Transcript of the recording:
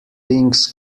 things